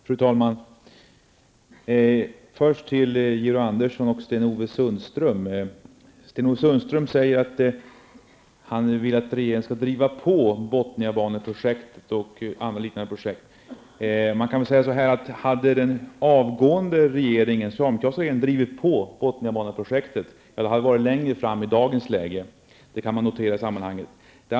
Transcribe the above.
Fru talman! Först till Georg Andersson och Sten Ove Sundström. Sten-Ove Sundström säger att han vill att regeringen skall driva på Bothniabaneprojektet och andra liknande projekt. Man kan väl säga så här: Hade den avgående regeringen drivit på Bothniabaneprojektet, hade det i dagens läge kommit längre. Det kan noteras i sammanhanget.